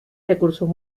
recursos